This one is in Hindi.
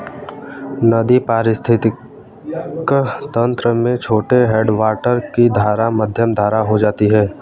नदी पारिस्थितिक तंत्र में छोटे हैडवाटर की धारा मध्यम धारा हो जाती है